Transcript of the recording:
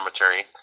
Cemetery